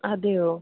അതെയോ